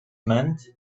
meant